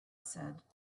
said